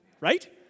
Right